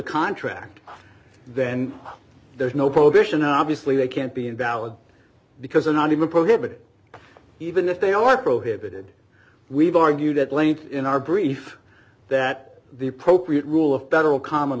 contract then there's no prohibition obviously they can't be invalid because they're not even prohibited even if they are prohibited we've argued at length in our brief that the appropriate rule of federal common